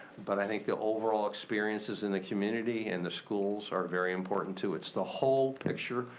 but i think the overall experiences in the community and the schools are very important too. it's the whole picture,